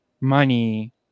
money